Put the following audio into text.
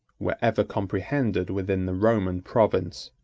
were ever comprehended within the roman province.